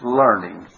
learning